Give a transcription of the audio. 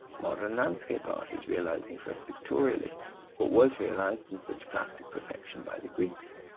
modern landscape art is realising for us pictorially what was realised in such plastic perfection by the greeks.